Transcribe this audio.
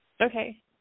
Okay